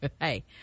Hey